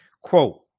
quote